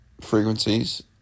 frequencies